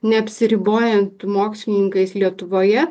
neapsiribojant mokslininkais lietuvoje